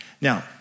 Now